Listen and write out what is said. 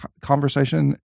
conversation